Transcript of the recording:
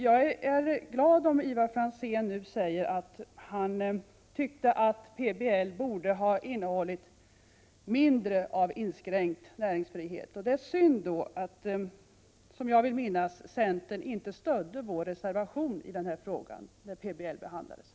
Jag är glad att Ivar Franzén nu säger att han anser att PBL borde ha innehållit mindre som innebar inskränkningar av näringsfriheten. Det var synd att centern, så vitt jag minns, inte stödde vår reservation när PBL behandlades.